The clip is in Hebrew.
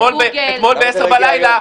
אבל אתה לא תעשה את זה אתמול ב-22:00 בלילה,